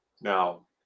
Now